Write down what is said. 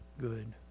good